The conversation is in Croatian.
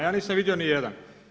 Ja nisam vidio nijedan.